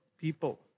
people